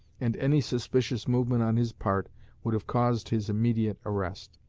and any suspicious movement on his part would have caused his immediate arrest